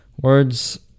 Words